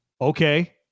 Okay